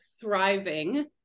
thriving